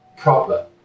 proper